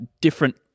different